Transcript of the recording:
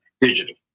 digital